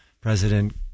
President